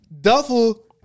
Duffel